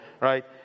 right